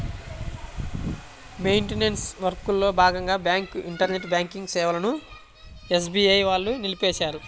maintenance వర్క్లో భాగంగా bank internet banking సేవలను ఎస్బీఐ వాళ్ళు నిలిపేశారు